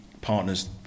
partners